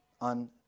on